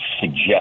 suggest